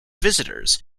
visitors